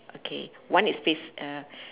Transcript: okay one is face uh